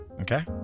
Okay